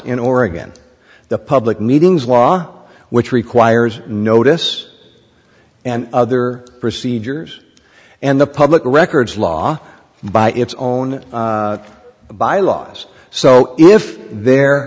in oregon the public meetings law which requires notice and other procedures and the public records law by its own bylaws so if there